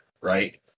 right